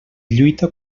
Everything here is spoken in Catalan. lluita